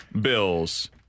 Bills